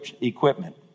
equipment